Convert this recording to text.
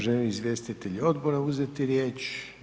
Žele li izvjestitelji odbora uzeti riječ?